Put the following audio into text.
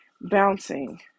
bouncing